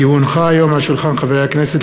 כי הונחה היום על שולחן הכנסת,